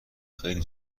خیلی